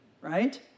right